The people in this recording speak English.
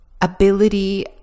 ability